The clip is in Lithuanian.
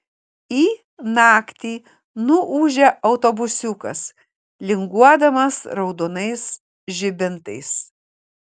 į naktį nuūžia autobusiukas linguodamas raudonais žibintais